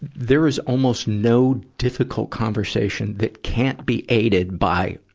there is almost no difficult conversation that can't be aided by,